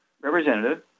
representative